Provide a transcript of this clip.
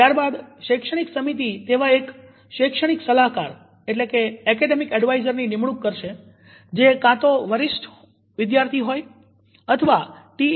ત્યાર બાદ શૈક્ષણિક સમિતિ તેવા એક શૈક્ષણિક સલાહકાર ની નિમણુક કરશે જે કાં તો વરિષ્ઠ સીનીયર વિદ્યાર્થી હોય અથવા ટી